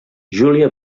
júlia